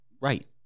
Right